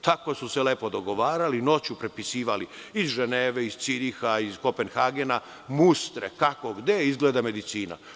Tako su se lepo dogovarali, noći prepisivali iz Ženeve, iz Ciriha, iz Kopenhagena, mustre kako gde izgleda medicina.